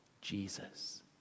Jesus